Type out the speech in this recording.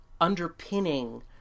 underpinning